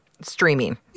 streaming